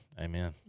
Amen